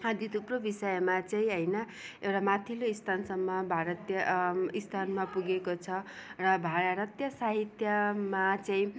आदि थुप्रो विषयमा चाहिँ होइन एउटा माथिल्लो स्थानसम्म भारतीय स्थानमा पुगेको छ र भारतीय साहित्यमा चाहिँ